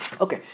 Okay